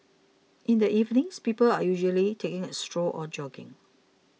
in the evenings people are usually taking a stroll or jogging